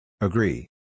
Agree